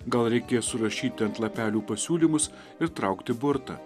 gal reikės surašyti ant lapelių pasiūlymus ir traukti burtą